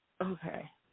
okay